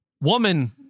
Woman